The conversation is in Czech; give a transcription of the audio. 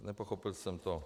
Nepochopil jsem to.